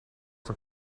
van